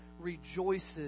rejoices